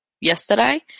yesterday